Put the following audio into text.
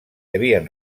havien